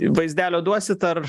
vaizdelio duosit ar